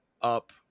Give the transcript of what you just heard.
up